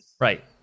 Right